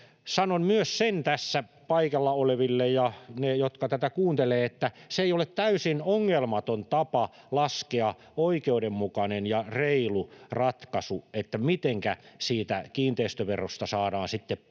sanon myös sen tässä paikalla oleville ja niille, jotka tätä kuuntelevat, että se ei ole täysin ongelmaton tapa laskea oikeudenmukainen ja reilu ratkaisu, mitenkä siitä kiinteistöverosta saadaan sitten paras